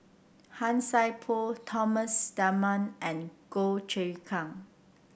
Han Sai Por Thomas Dunman and Goh Choon Kang